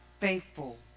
faithful